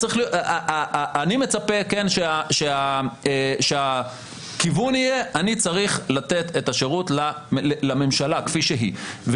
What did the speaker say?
אני מצפה שהכיוון יהיה: אני צריך לתת את השירות לממשלה כפי שהיא.